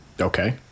Okay